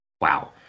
Wow